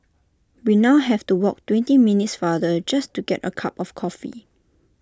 we now have to walk twenty minutes farther just to get A cup of coffee